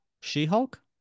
She-Hulk